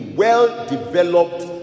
well-developed